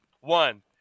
One